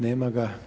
Nema ga.